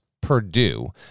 Purdue